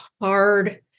hard